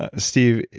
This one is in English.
ah steve,